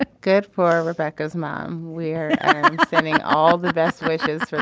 ah good for rebecca's mom. we're sending all the best wishes